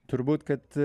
turbūt kad